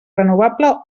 renovable